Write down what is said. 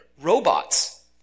Robots